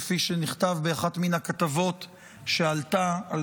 כפי שנכתב באחת מן הכתבות על סיון שהועלתה.